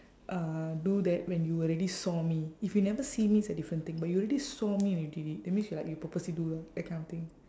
uh do that when you already saw me if you never see me it's a different thing but you already saw me when you did it that means you are like you purposely do lah that kind of thing